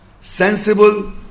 sensible